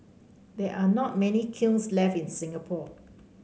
there are not many kilns left in Singapore